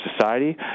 society